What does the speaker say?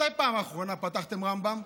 מתי בפעם אחרונה פתחתם רמב"ם?